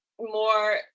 more